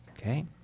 Okay